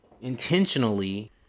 intentionally